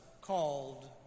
called